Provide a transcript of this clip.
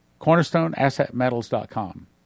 CornerstoneAssetMetals.com